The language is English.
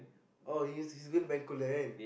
oh he's he's going to bencoolen